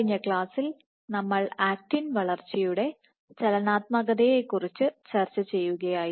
കഴിഞ്ഞ ക്ലാസ്സിൽ നമ്മൾ ആക്റ്റിൻ വളർച്ചയുടെ ചലനാത്മകതയെക്കുറിച്ച് ചർച്ച ചെയ്യുകയായിരുന്നു